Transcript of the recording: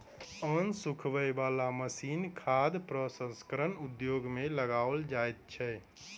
अन्न सुखबय बला मशीन खाद्य प्रसंस्करण उद्योग मे लगाओल जाइत छै